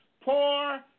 poor